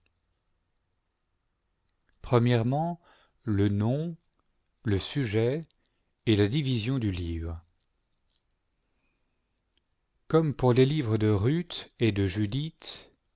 le nom le sujet et la division du livre comme pour les livres de ruth et de judith